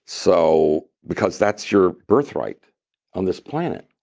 so because that's your birthright on this planet.